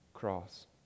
cross